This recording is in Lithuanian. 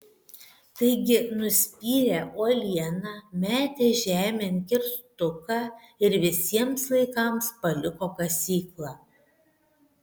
taigi nuspyrė uolieną metė žemėn kirstuką ir visiems laikams paliko kasyklą